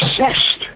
obsessed